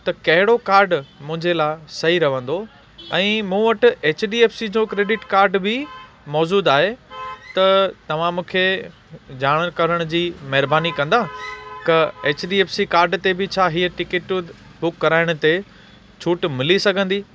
त कहिड़ो कार्ड मुंहिंजे लाइ सही रहंदो ऐं मूं वटि एच डी एफ़ सी जो क्रेडिड कार्ड बि मौजूदु आहे त तव्हां मूंखे ॼाण करण जी महिरबानी कंदा क H D F C card ते छा टिकिटूं ई बुक कराइण ते छूट मिली सघंदी